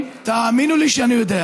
תאמינו לי שאני יודע.